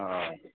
हँ